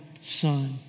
son